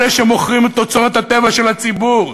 אלה שמוכרים את אוצרות הטבע של הציבור.